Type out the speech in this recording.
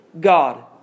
God